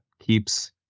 keeps